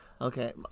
Okay